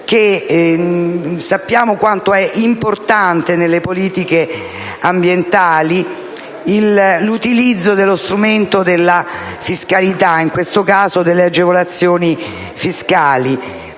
Sappiamo quanto sia importante nelle politiche ambientali l'utilizzo dello strumento della fiscalità (in questo caso delle agevolazioni fiscali)